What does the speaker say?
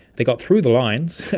they got through the lines,